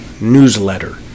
newsletter